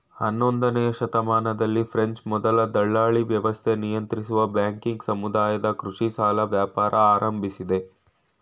ಹನ್ನೊಂದನೇಯ ಶತಮಾನದಲ್ಲಿ ಫ್ರೆಂಚ್ ಮೊದಲ ದಲ್ಲಾಳಿವ್ಯವಸ್ಥೆ ನಿಯಂತ್ರಿಸುವ ಬ್ಯಾಂಕಿಂಗ್ ಸಮುದಾಯದ ಕೃಷಿ ಸಾಲ ವ್ಯಾಪಾರ ಆರಂಭಿಸಿದೆ